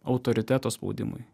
autoriteto spaudimui